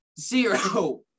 Zero